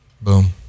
Boom